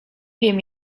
wiem